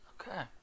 Okay